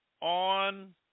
on